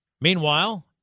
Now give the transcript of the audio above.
Meanwhile